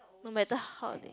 no matter how they